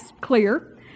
clear